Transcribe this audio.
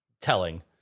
telling